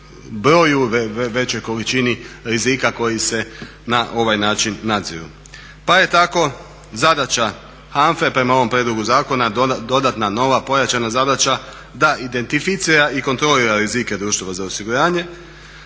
broju, većoj količini rizika koji se na ovaj način nadziru. Pa je tako zadaća HANFA-e prema ovom prijedlogu zakona dodatna nova, pojačana zadaća da identificira i kontrolira rizike društva za osiguranje.